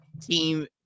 team